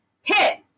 hit